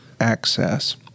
access